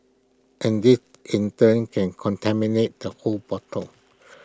and this in turn can contaminate the whole bottle